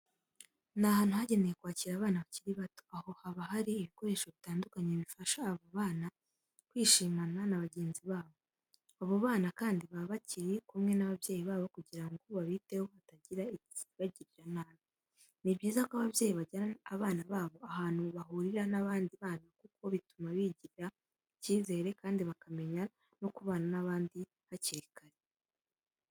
Ni ahantu hagenewe kwakira abana bakiri bato, aho haba hari ibikoresho bitandukanye bifasha aba bana kwishimana na bagenzi babo. Abo bana kandi baba bari kumwe n'ababyeyi babo kugira ngo babiteho hatagira ikibagirira nabi. Ni byiza ko ababyeyi bajyana abana babo ahantu bahurira n'abandi bana kuko bituma bigirira icyizere kandi bakamenya no kubana n'abandi hakiri kare.